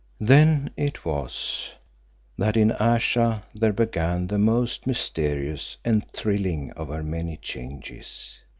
then it was that in ayesha there began the most mysterious and thrilling of her many changes.